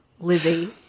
Lizzie